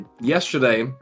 yesterday